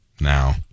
Now